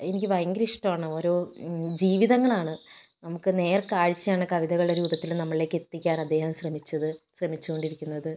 എനിക്ക് ഭയങ്കര ഇഷ്ടമാണ് ഓരോ ജീവിതങ്ങളാണ് നമുക്ക് നേർ കാഴ്ചയാണ് കവിതകളുടെ രൂപത്തിൽ നമ്മളിലേക്ക് എത്തിക്കാൻ അദ്ദേഹം ശ്രമിച്ചത് ശ്രമിച്ചുകൊണ്ടിരിക്കുന്നത്